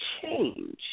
change